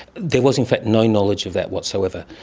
there was in fact no knowledge of that whatsoever.